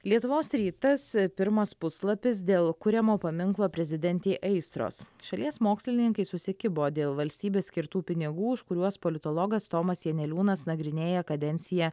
lietuvos rytas pirmas puslapis dėl kuriamo paminklo prezidentei aistros šalies mokslininkai susikibo dėl valstybės skirtų pinigų už kuriuos politologas tomas janeliūnas nagrinėja kadenciją